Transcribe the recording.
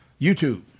YouTube